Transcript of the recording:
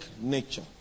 nature